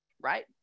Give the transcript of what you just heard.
right